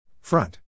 Front